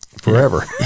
forever